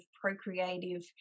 procreative